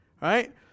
right